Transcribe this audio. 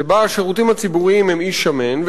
שבה השירותים הציבוריים הם איש שמן,